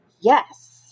Yes